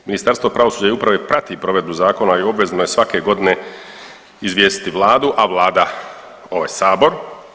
Ministarstvo pravosuđa i uprave prati provedbu zakona i obvezno je svake godine izvijestiti vladu, a vlada ovaj sabor.